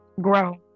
grow